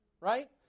right